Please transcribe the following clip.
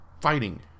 fighting